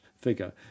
figure